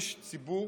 יש ציבור